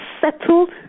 settled